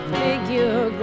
figure